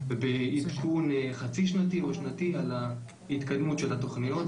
בעדכון חצי שנתי או שנתי על התקדמות התוכניות.